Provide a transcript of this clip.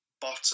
Bottom